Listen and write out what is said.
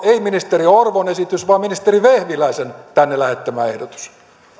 ei ministeri orvon esitys vaan ministeri vehviläisen tänne lähettämä ehdotus